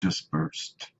dispersed